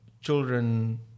children